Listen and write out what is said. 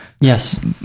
Yes